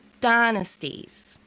dynasties